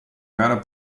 gara